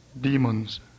demons